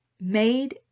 made